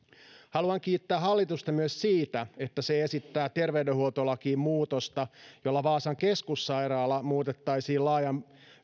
haluan kiittää hallitusta myös siitä että se esittää terveydenhuoltolakiin muutosta jolla vaasan keskussairaala muutettaisiin laajan